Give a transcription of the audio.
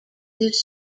his